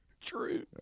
True